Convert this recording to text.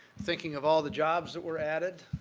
thinking of all the jobs that were added,